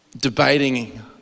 debating